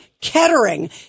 Kettering